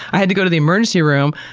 i had to go to the emergency room.